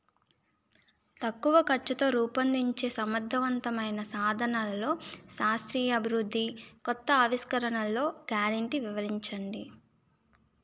తక్కువ ఖర్చుతో రూపొందించే సమర్థవంతమైన సాధనాల్లో శాస్త్రీయ అభివృద్ధి కొత్త ఆవిష్కరణలు గ్యారంటీ వివరించండి?